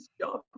job